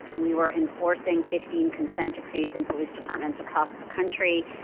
we were enforcing fifteen consent decrees in police departments across the country.